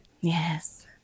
Yes